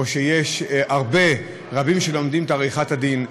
או יש רבים שלומדים עריכת דין,